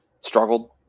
struggled